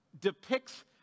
depicts